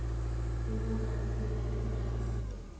विमा काढूचे फायदे काय आसत?